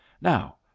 Now